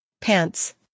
pants